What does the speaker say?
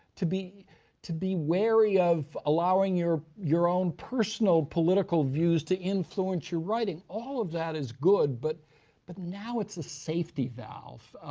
to be to be wary of allowing your your own personal political views to influence your writing. all of that is good. but but now it's a safety valve.